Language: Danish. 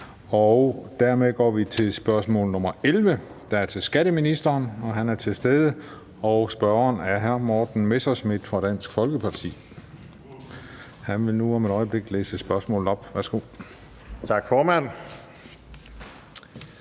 Dermed går vi til spørgsmål nr. 11, der er til skatteministeren, og han er til stede, og spørgeren er hr. Morten Messerschmidt fra Dansk Folkeparti, der om et øjeblik vil læse spørgsmålet op. Kl. 16:10 Spm.